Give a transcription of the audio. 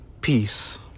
peace